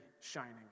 shining